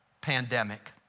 pandemic